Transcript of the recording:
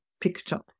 picture